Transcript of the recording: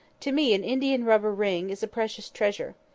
to me an india-rubber ring is a precious treasure.